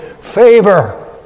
favor